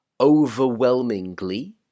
Overwhelmingly